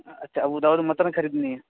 اَچّھا Abu Dawood متن خریدنی ہے